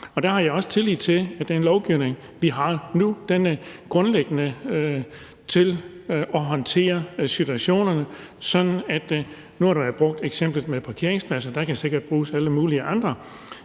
Der har jeg også tillid til, at den lovgivning, vi har nu, grundlæggende kan håndtere situationerne. Nu har der været brugt et eksempel med parkeringspladser, og der kan sikkert bruges alle mulige andre